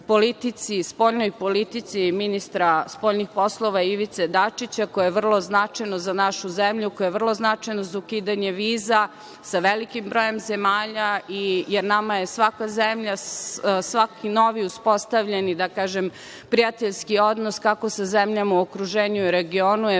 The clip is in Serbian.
odličnoj spoljnoj politici ministra spoljnih poslova Ivice Dačića koje je vrlo značajno za našu zemlju, koje je vrlo značajno za ukidanje viza sa velikim brojem zemalja, jer nama je svaka zemlja, svaki novi uspostavljeni, da kažem, prijateljski odnos, kako sa zemljama u okruženju i regionu,